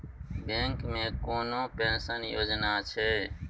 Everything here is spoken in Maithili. बैंक मे कोनो पेंशन योजना छै?